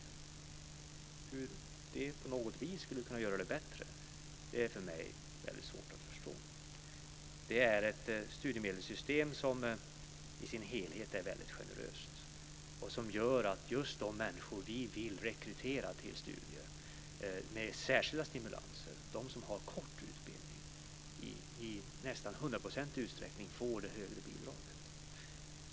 Hur det på något vis skulle kunna göra det bättre är för mig väldigt svårt att förstå. Det är ett studiemedelssystem som i sin helhet är väldigt generöst och som gör att just de människor vi vill rekrytera till studier med särskilda stimulanser, de som har kort utbildning, i nästan hundraprocentig utsträckning får det högre bidraget.